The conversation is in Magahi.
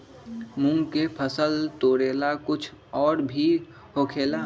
मूंग के फसल तोरेला कुछ और भी होखेला?